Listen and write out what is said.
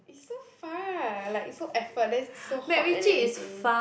is so far like it's so effort then so hot and everything